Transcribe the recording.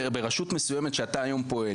ברשות מסוימת שאתה פועל בה היום,